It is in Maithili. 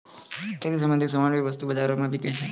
खेती स संबंछित सामान भी वस्तु बाजारो म बिकै छै